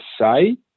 say